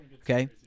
Okay